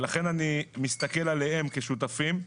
אני מסתכל עליהם כשותפים.